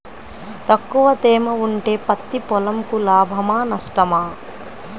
తక్కువ తేమ ఉంటే పత్తి పొలంకు లాభమా? నష్టమా?